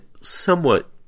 somewhat